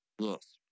Yes